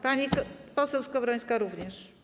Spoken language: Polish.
Panią poseł Skowrońską również.